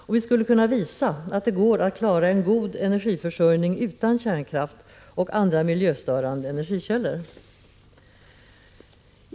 Och vi skulle kunna visa att det går att klara en god energiförsörjning utan kärnkraft och andra miljöstörande energikällor.